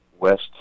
West